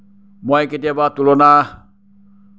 মই কেতিয়াবা তুলনা